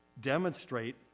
demonstrate